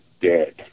dead